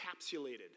encapsulated